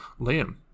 Liam